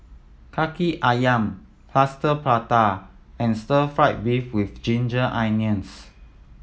Kaki Ayam Plaster Prata and stir fried beef with ginger onions